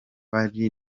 bari